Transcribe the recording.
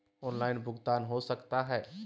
Online भुगतान हो सकता है?